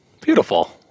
Beautiful